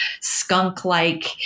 skunk-like